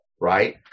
right